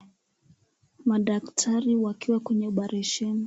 Madaktari wakiwa kwenye operesheni ...